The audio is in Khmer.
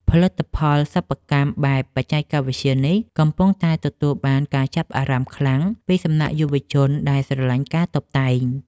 ផលិតផលសិប្បកម្មបែបបច្ចេកវិទ្យានេះកំពុងតែទទួលបានការចាប់អារម្មណ៍ខ្លាំងពីសំណាក់យុវវ័យដែលស្រឡាញ់ការតុបតែង។